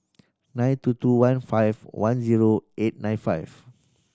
nine two two one five one zero eight nine five